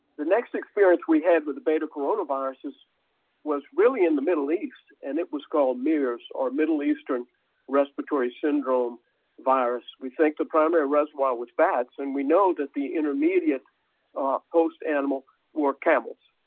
the next experience we had with the beta coronaviruses was really in the middle east and it was called mers or middle eastern respiratory syndrome virus. we think the primary reservoir was bats, and we know that the intermediate host animal were camels.